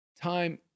time